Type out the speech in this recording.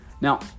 Now